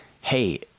hey